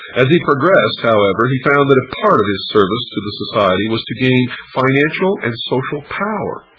as he progressed, however, he found that part of his service to the society was to gain financial and social power,